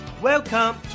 welcome